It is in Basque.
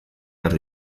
behar